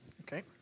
Okay